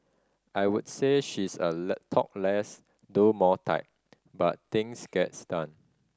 I would say she's a talk less do more type but things gets done